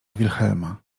wilhelma